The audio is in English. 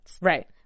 Right